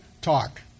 talk